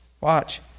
Watch